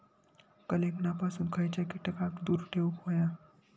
कलिंगडापासून खयच्या कीटकांका दूर ठेवूक व्हया?